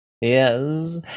Yes